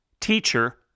teacher